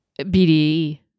BDE